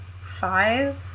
five